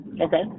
Okay